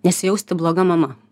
nesijausti bloga mama